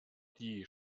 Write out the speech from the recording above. die